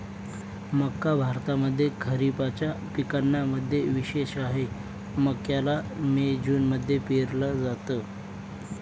मक्का भारतामध्ये खरिपाच्या पिकांना मध्ये विशेष आहे, मक्याला मे जून मध्ये पेरल जात